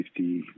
50